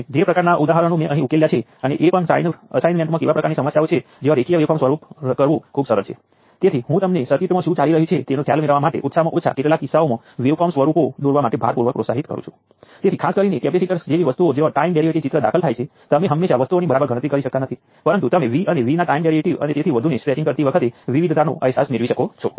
અને આ ઉદાહરણમાં આપણી પાસે ત્રણ ઈન્ડિપેન્ડેન્ટ સોર્સ છે તેમાંથી એક પાવર ડીલીવર કરે છે અને અન્ય બે પાવર શોષી લે છે